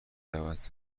رود